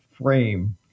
frame